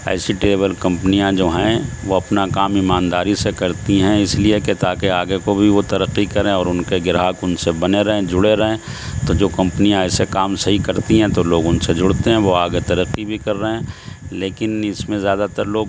ایسی ٹریول کمپنیاں جو ہیں وہ اپنا کام ایمانداری سے کرتی ہیں اس لیے کہ تاکہ آگے کو بھی وہ ترقی کریں ان کے گراہک ان سے بنیں رہیں جڑے رہیں تو جو کمپنیاں ایسے کام صحیح کرتی ہیں تو لوگ ان سے جڑتے ہیں وہ آگے ترقی بھی کر رہے ہیں لیکن اس میں زیادہ تر لوگ